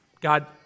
God